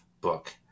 book